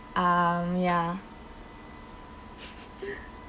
um ya